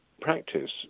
practice